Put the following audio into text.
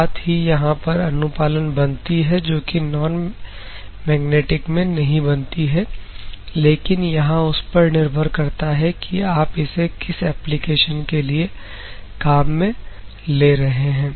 साथ ही यहां पर अनुपालन बनती है जो कि नॉनमैग्नेटिक में नहीं बनती लेकिन यहां उस पर निर्भर करता है कि आप इसे किस एप्लीकेशन के लिए काम में ले रहे हैं